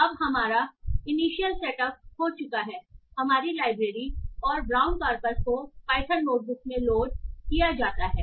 अब हमारा initial set up हो चुका है हमारी लाइब्रेरी और ब्राउन कॉर्पस को पाइथन नोट बुक में लोड किया जाता है